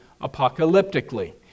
apocalyptically